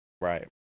Right